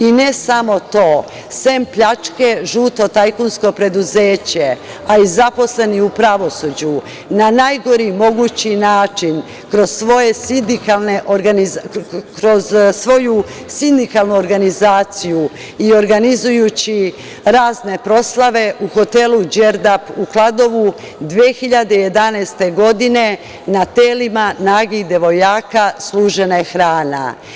I ne samo to, sem pljačke, žuto tajkunsko preduzeće, a i zaposleni u pravosuđu na najgori mogući način kroz svoju sindikalnu organizaciju i organizujući razne proslave u hotelu „Đerdap“ u Kladovu 2011. godine na telima nagih devojaka služena je hrana.